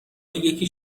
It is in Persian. یکی